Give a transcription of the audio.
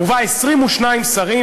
שהיו בה 22 שרים,